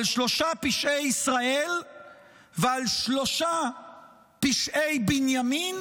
על שלושה פשעי ישראל ועל שלושה פשעי בנימין